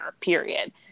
period